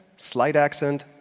slight accent,